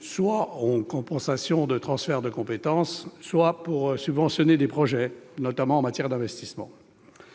soit en compensation de transfert de compétences, soit pour subventionner des projets, notamment en matière d'investissement.